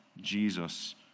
Jesus